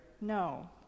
no